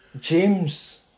James